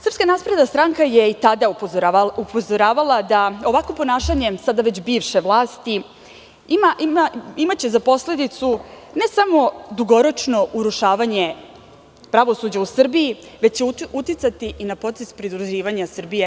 Srpska napredna stranka je i tada upozoravala da ovakvim ponašanjem sada već bivše vlasti imaće za posledicu ne samo dugoročno urušavanje pravosuđa u Srbiji, već će uticati i na proces pridruživanja Srbije EU.